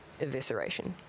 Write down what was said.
evisceration